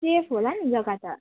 safe होला नि जग्गा त